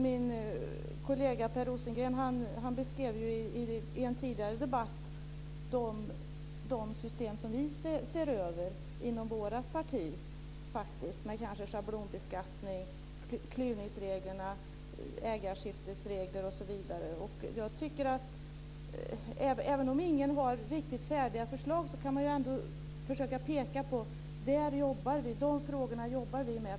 Min kollega Per Rosengren beskrev i en tidigare debatt de system vi inom vårt parti ser över. Det är schablonbeskattningen, klyvningsreglerna, ägarskiftesreglerna osv. Även om ingen har färdiga förslag kan man ändå försöka peka på vilka frågor man jobbar med.